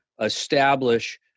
establish